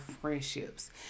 friendships